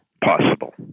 possible